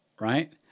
right